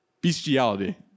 Bestiality